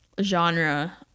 genre